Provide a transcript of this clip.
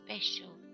special